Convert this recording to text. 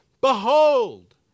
Behold